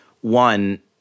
one